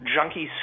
junkies